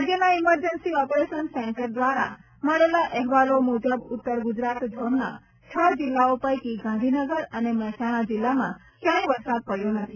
રાજ્યના emergency operation centre દ્વારા મળેલા અહેવાલો મુજબ ઉત્તર ગુજરાત ઝોનના છ જિલ્લાઓ પૈકી ગાંધીનગર અને મહેસાણા જિલ્લામાં ક્યાંય વરસાદ પડ્યો નથી